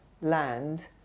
land